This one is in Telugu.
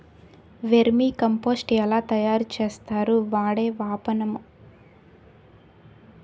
వెర్మి కంపోస్ట్ ఎలా తయారు చేస్తారు? వాడే వానపము రకం ఏంటి?